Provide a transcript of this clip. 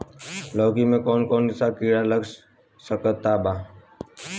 लौकी मे कौन कौन सा कीड़ा लग सकता बा?